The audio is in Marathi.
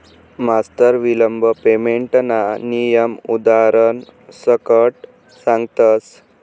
मास्तर विलंब पेमेंटना नियम उदारण सकट सांगतस